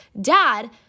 Dad